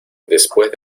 después